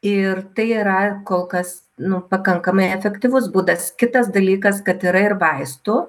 ir tai yra kol kas nu pakankamai efektyvus būdas kitas dalykas kad yra ir vaistų